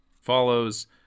follows